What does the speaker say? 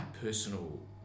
personal